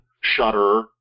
shudder